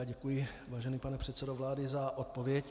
Děkuji vážený pane předsedo vlády za odpověď.